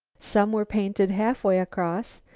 some were painted halfway across,